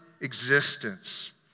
existence